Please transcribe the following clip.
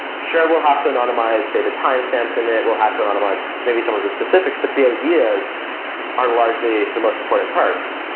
sure, we'll have anonymize say the timestamps in it, we'll have to anonymize maybe some of the specifics, but the ideas are largely the most important part.